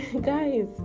guys